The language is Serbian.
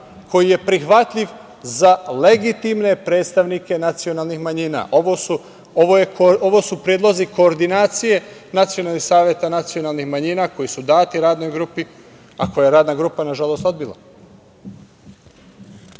koji je prihvatljiv za legitimne predstavnike nacionalnih manjina. Ovo su predlozi koordinacije nacionalnih saveta nacionalnih manjina koji su dati radnoj grupi, a koje je radna grupa, nažalost,